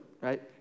right